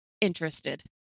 interested